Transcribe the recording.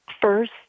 First